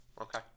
Okay